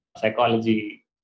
psychology